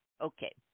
Okay